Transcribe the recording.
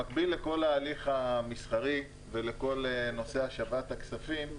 במקביל לכל ההליך המסחרי ולכל נושא השבת הכספים,